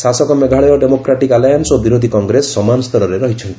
ଶାସକ Meghalaya democratic alliance ଓ ବିରୋଧୀ କଂଗ୍ରେସ ସମାନ ସ୍ତରରେ ରହିଛନ୍ତି